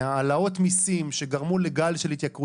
למה הוא צריך לספוג את זה?